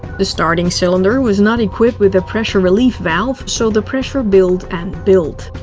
the starting cylinder was not equipped with a pressure relief valve, so the pressure build and build.